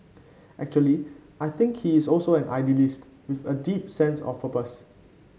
actually I think he is also an idealist with a deep sense of purpose